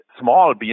small